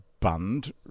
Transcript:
band